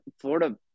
Florida